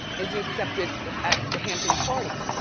is he accepted at the hamptons parties.